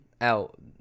out